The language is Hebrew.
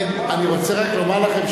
אני רוצה רק לומר לכם,